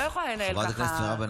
אין לכם הגות, אין לכם יותר אידיאלים.